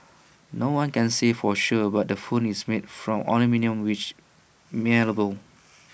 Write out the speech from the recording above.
no one can say for sure but the phone is made from aluminium which malleable